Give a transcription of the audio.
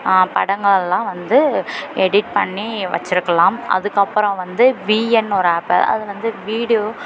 படங்களெலாம் வந்து எடிட் பண்ணி வச்சிருக்கலாம் அதுக்கப்புறம் வந்து வீஎன்னு ஒரு ஆப் அதுவந்து வீடியோ